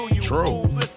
True